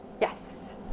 Yes